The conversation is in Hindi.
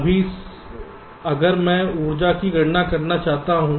अभी अगर मैं ऊर्जा की गणना करना चाहता हूं